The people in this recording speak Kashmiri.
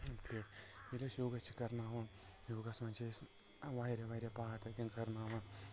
ٹھیٖک ییٚلہِ أسۍ یوگا چھِ کرناوان ہوگاہس منٛز چھ أسۍ واریاہ واریاہ پاٹ تتٮ۪ن کرناوان